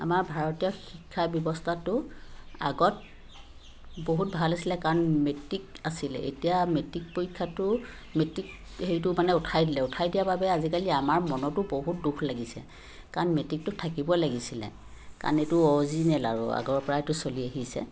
আমাৰ ভাৰতীয় শিক্ষা ব্যৱস্থাটো আগত বহুত ভাল আছিলে কাৰণ মেট্ৰিক আছিলে এতিয়া মেট্ৰিক পৰীক্ষাটো মেট্ৰিক হেৰিটো মানে উঠাই দিলে উঠাই দিয়াৰ বাবে আজিকালি আমাৰ মনতো বহুত দুখ লাগিছে কাৰণ মেট্ৰিকটো থাকিব লাগিছিলে কাৰণ এইটো অৰিজিনেল আৰু আগৰপৰাই এইটো চলি আহিছে